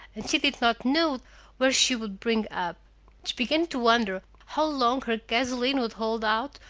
and she did not know where she would bring up. she began to wonder how long her gasoline would hold out,